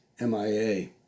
MIA